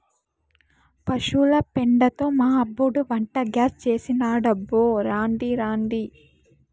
పశుల పెండతో మా అబ్బోడు వంటగ్యాస్ చేసినాడబ్బో రాండి రాండి